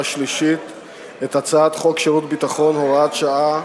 שלישית את הצעת חוק שירות ביטחון (הוראת שעה)